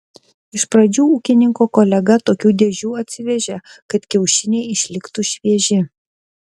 iš pradžių ūkininko kolega tokių dėžių atsivežė kad kiaušiniai išliktų švieži